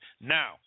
Now